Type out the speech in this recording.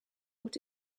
what